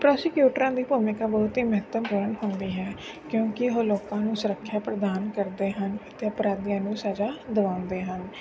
ਪਰੋਸੀਕਿਊਟਰਾਂ ਦੀ ਭੂਮਿਕਾ ਬਹੁਤ ਹੀ ਮਹੱਤਵਪੂਰਨ ਹੁੰਦੀ ਹੈ ਕਿਉਂਕਿ ਉਹ ਲੋਕਾਂ ਨੂੰ ਸੁਰੱਖਿਆ ਪ੍ਰਦਾਨ ਕਰਦੇ ਹਨ ਅਤੇ ਅਪਰਾਧੀਆਂ ਨੂੰ ਸਜ਼ਾ ਦਵਾਉਂਦੇ ਹਨ